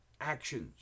actions